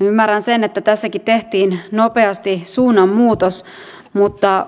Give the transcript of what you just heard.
ymmärrän sen että tässäkin tehtiin nopeasti suunnanmuutos mutta